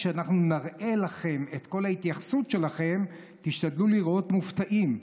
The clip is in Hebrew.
כשאנחנו נראה לכם את כל ההתייחסות שלכם תשתדלו להיראות מופתעים.